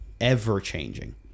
ever-changing